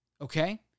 Okay